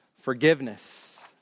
forgiveness